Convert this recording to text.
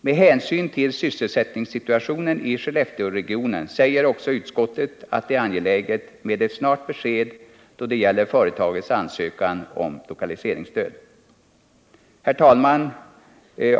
Med'hänsyn till sysselsättningsstituationen i Skellefteregionen säger utskottet också att det är angeläget med ett snart besked då det gäller företagets ansökan om lokaliseringsstöd. Herr talman!